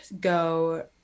go